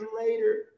later